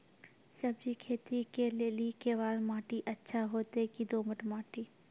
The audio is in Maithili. सब्जी खेती के लेली केवाल माटी अच्छा होते की दोमट माटी?